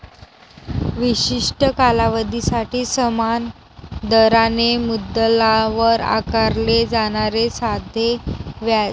विशिष्ट कालावधीसाठी समान दराने मुद्दलावर आकारले जाणारे साधे व्याज